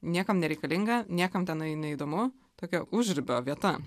niekam nereikalinga niekam tenai neįdomu tokia užribio vieta